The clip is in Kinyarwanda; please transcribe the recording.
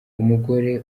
umugore